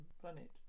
planet